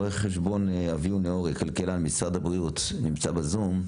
רואה חשבון אביהו נאורי כלכלן משרד הבריאות נמצא בזום.